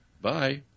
Bye